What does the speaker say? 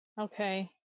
Okay